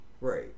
Right